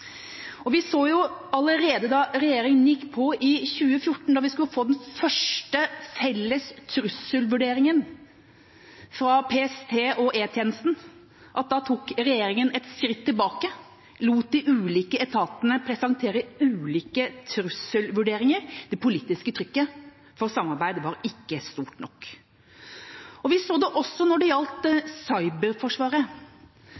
Vi så allerede da regjeringa gikk på i 2014, da vi skulle få den første felles trusselvurderingen fra PST og E-tjenesten, at regjeringa tok et skritt tilbake, den lot de ulike etatene presentere ulike trusselvurderinger. Det politiske trykket for samarbeid var ikke stort nok. Vi så det også når det gjaldt